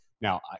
Now